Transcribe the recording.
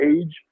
age